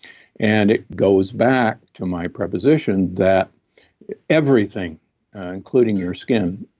and it goes back to my preposition that everything including your skin,